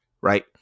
right